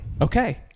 Okay